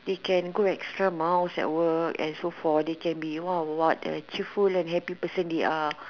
they can go extra miles at work and so for they can be what what what a cheerful and happy person they are